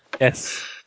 Yes